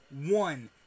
one